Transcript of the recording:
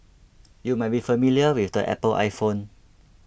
you might be familiar with the Apple iPhone